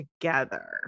together